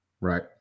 Right